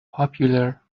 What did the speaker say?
popular